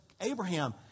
Abraham